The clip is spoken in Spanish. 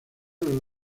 los